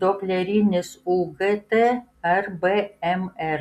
doplerinis ugt ar bmr